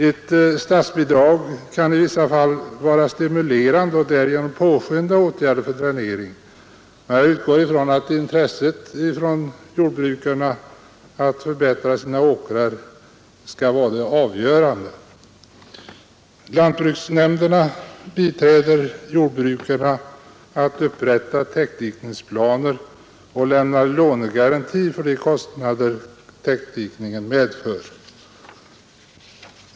Ett statsbidrag kan i vissa fall vara stimulerande och därigenom påskynda åtgärder för dränering, men jag utgår ifrån att intresset från jordbrukarna att förbättra sina åkrar skall vara avgörande. Lantbruksnämnderna biträder jordbrukarna med att upprätta täckdikningsplaner och lämnar lånegaranti för de kostnader täckdikningen medför.